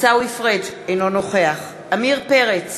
אינו נוכח עמיר פרץ,